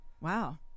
Wow